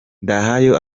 ndahayo